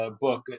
book